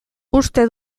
uste